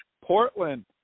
Portland